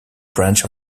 branch